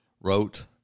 wrote